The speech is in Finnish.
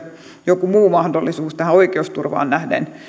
joku muu mahdollisuus tähän oikeusturvaan nähden